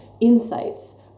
insights